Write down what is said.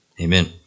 Amen